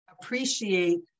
appreciate